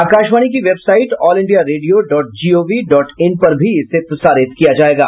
आकाशवाणी की website all India radio dot gov dot in पर भी इसे प्रसारित किया जाएगा